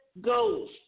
goals